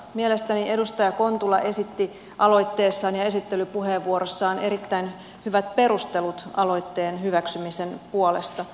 mielestäni edustaja kontula esitti aloitteessaan ja esittelypuheenvuorossaan erittäin hyvät perustelut aloitteen hyväksymisen puolesta